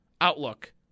outlook